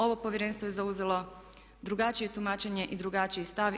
Ovo Povjerenstvo je zauzelo drugačije tumačenje i drugačiji stav.